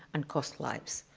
and cost lives.